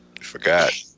Forgot